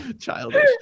childish